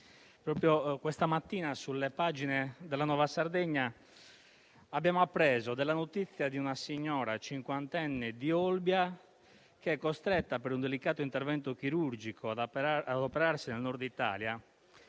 proprio questa mattina, dalle pagine della «Nuova Sardegna», abbiamo appreso della notizia di una signora cinquantenne di Olbia che, costretta per un delicato intervento chirurgico a operarsi nel Nord Italia,